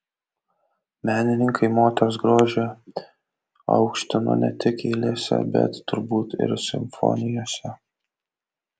menininkai moters grožį aukštino ne tik eilėse bet turbūt ir simfonijose